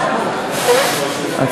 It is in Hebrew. אנחנו נעבור להצעת החוק הבאה,